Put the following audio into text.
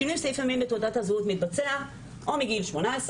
שינוי סעיף המין בתעודת הזהות מתבצע או מגיל 18,